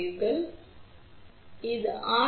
இப்போது நீங்கள் இங்கே என்ன பார்க்கிறீர்கள்